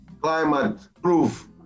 climate-proof